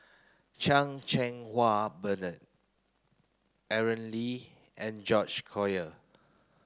Chan Cheng Wah Bernard Aaron Lee and George Collyer